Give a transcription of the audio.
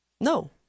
no